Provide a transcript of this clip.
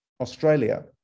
australia